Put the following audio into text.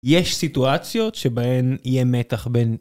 יש סיטואציות שבהן יהיה מתח בין...